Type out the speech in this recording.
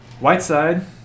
Whiteside